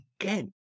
again